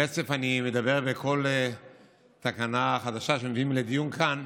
ברצף אני מדבר בכל תקנה חדשה שמביאים לדיון כאן